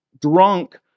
drunk